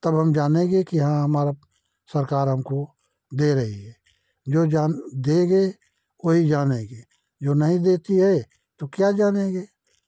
तब हम जानेंगे कि हाँ हमारा सरकार हमको दे रही है जो जान देगे वही जानेंगे जो नहीं देती है तो क्या जानेंगे